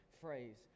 phrase